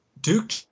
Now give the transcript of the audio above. Duke